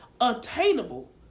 attainable